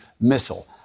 missile